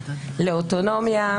לאוטונומיה,